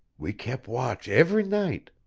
we kep' watch evr' night.